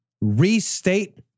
restate